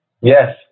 Yes